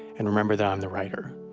and remembered that i'm the writer.